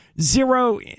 zero